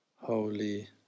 holy